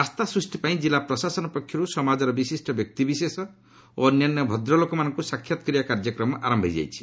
ଆସ୍ଥା ସୃଷ୍ଟି ପାଇଁ ଜିଲ୍ଲା ପ୍ରଶାସନ ପକ୍ଷରୁ ସମାଜର ବିଶିଷ୍ଟ ବ୍ୟକ୍ତିବିଶେଷ ଓ ଅନ୍ୟାନ୍ୟ ଭଦ୍ରଲୋକମାନଙ୍କ ସାକ୍ଷାତ୍ କରିବା କାର୍ଯ୍ୟକ୍ରମ ଆରମ୍ଭ ହୋଇଛି